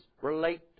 relate